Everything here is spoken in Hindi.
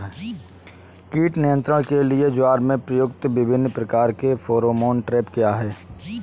कीट नियंत्रण के लिए ज्वार में प्रयुक्त विभिन्न प्रकार के फेरोमोन ट्रैप क्या है?